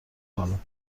خانم